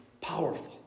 powerful